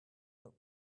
milk